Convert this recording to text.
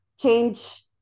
change